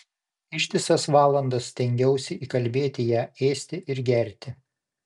ištisas valandas stengiausi įkalbėti ją ėsti ir gerti